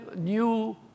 new